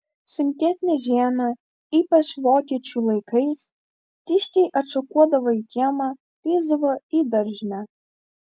sunkesnę žiemą ypač vokiečių laikais kiškiai atšokuodavo į kiemą lįsdavo į daržinę